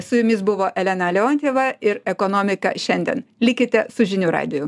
su jumis buvo elena leontjeva ir ekonomika šiandien likite su žinių radiju